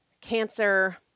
cancer